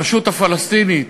הרשות הפלסטינית,